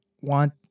want